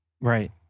Right